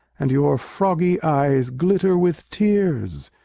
and your froggy eyes glitter with tears.